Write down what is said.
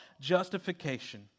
justification